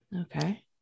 Okay